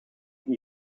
that